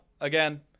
again